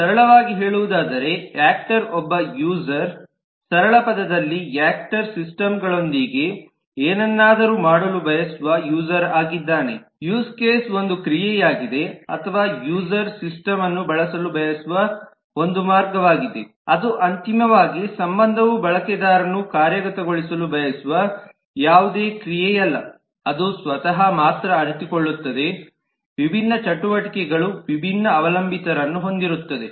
ಸರಳವಾಗಿ ಹೇಳುವುದಾದರೆ ಯಾಕ್ಟರ್ ಒಬ್ಬ ಯೂಸರ್ ಸರಳ ಪದದಲ್ಲಿ ಯಾಕ್ಟರ್ ಸಿಸ್ಟಮ್ಗಳೊಂದಿಗೆ ಏನನ್ನಾದರೂ ಮಾಡಲು ಬಯಸುವ ಯೂಸರ್ ಆಗಿದ್ದಾನೆ ಯೂಸ್ ಕೇಸ್ ಒಂದು ಕ್ರಿಯೆಯಾಗಿದೆ ಅಥವಾ ಯೂಸರ್ ಸಿಸ್ಟಮ್ನ್ನು ಬಳಸಲು ಬಯಸುವ ಒಂದು ಮಾರ್ಗವಾಗಿದೆ ಮತ್ತು ಅಂತಿಮವಾಗಿ ಸಂಬಂಧವು ಬಳಕೆದಾರನು ಕಾರ್ಯಗತಗೊಳಿಸಲು ಬಯಸುವ ಯಾವುದೇ ಕ್ರಿಯೆಯಲ್ಲ ಅದು ಸ್ವತಃ ಮಾತ್ರ ಅರಿತುಕೊಳ್ಳುತ್ತದೆ ವಿಭಿನ್ನ ಚಟುವಟಿಕೆಗಳು ವಿಭಿನ್ನ ಅವಲಂಬಿತರನ್ನು ಹೊಂದಿರುತ್ತವೆ